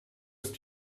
ist